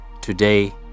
Today